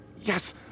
Yes